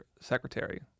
secretary